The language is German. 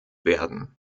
werden